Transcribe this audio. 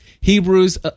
Hebrews